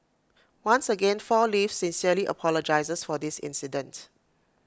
once again four leaves sincerely apologises for this incident